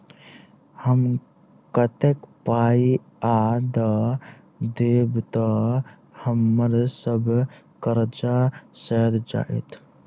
हम कतेक पाई आ दऽ देब तऽ हम्मर सब कर्जा सैध जाइत?